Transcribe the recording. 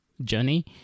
journey